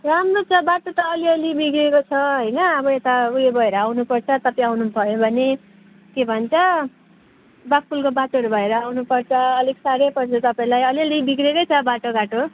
राम्रो छ बाटो त अलिअलि बिग्रिएको छ होइन अब यता ऊ यो भएर आउनुपर्छ तपाईँ आउनु भयो भने के भन्छ बाघपुलको बाटोहरू भएर आउनुपर्छ अलिक साह्रै पर्छ तपाईँलाई अलिअलि बिग्रिएकै छ बाटोघाटो